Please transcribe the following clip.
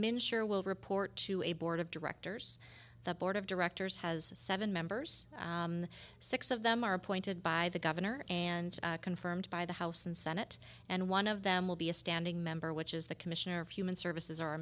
will report to a board of directors the board of directors has seven members six of them are appointed by the governor and confirmed by the house and senate and one of them will be a standing member which is the commissioner of human services